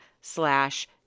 slash